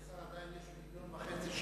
אדוני השר, עדיין יש 1.5 מיליון שקל